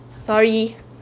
sorry